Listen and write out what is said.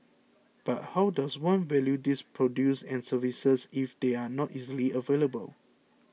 but how does one value these produce and services if they are not easily available